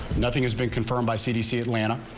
nothing has been confirmed by cdc, like and